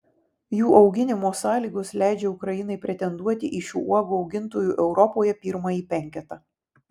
jų auginimo sąlygos leidžia ukrainai pretenduoti į šių uogų augintojų europoje pirmąjį penketą